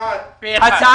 הצבעה אושר.